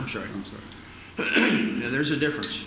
i'm sure there's a difference